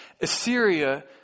Assyria